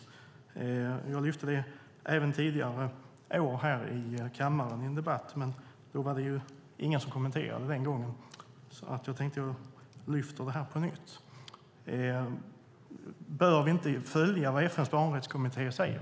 Jag har lyft fram detta även i debatter under tidigare år, men då var det ingen som kommenterade det. Därför lyfter jag fram detta på nytt. Bör vi inte följa vad FN:s barnrättskommitté säger?